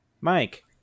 Mike